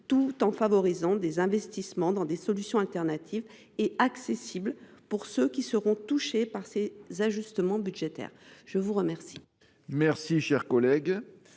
tout en favorisant les investissements dans des solutions de substitution accessibles à ceux qui seront touchés par ces ajustements budgétaires. Je suis saisi